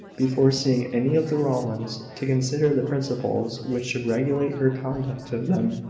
before seeing any of the rowlands, to consider the principles which should regulate her conduct to them,